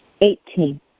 Eighteen